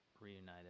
reunited